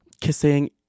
kissing